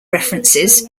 references